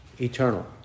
eternal